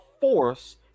force